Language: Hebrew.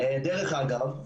דרך אגב,